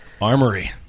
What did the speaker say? Armory